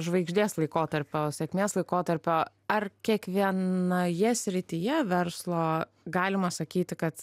žvaigždės laikotarpio sėkmės laikotarpio ar kiekvienoje srityje verslo galima sakyti kad